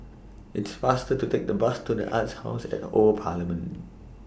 It's faster to Take The Bus to The Arts House At The Old Parliament